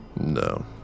No